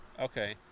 Okay